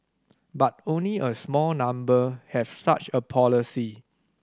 but only a small number have such a policy